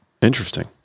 Interesting